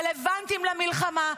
רלוונטיים למלחמה,